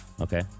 Okay